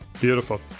Beautiful